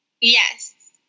Yes